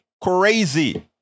crazy